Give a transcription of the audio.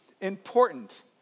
important